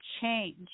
change